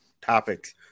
topics